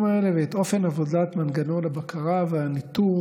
האלה ואת אופן עבודת מנגנון הבקרה והניטור